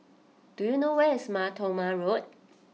do you know where is Mar Thoma Road